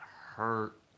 hurt